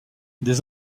des